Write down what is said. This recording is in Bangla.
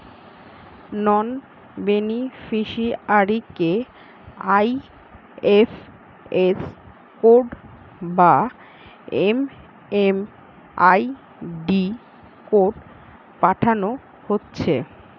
নন বেনিফিসিয়ারিকে আই.এফ.এস কোড বা এম.এম.আই.ডি কোড পাঠানা হচ্ছে